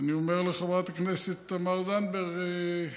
אני אומר לחברת הכנסת תמר זנדברג: